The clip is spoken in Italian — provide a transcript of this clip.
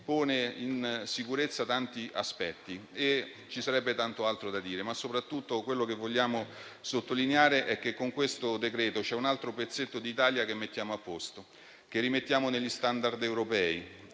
pone in sicurezza tanti aspetti. Ci sarebbe tanto altro da dire, ma soprattutto vogliamo sottolineare che con il decreto-legge in esame c'è un altro pezzetto di Italia che mettiamo a posto, che rimettiamo negli standard europei.